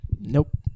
Nope